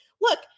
look